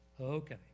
Okay